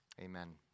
amen